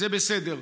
זה בסדר,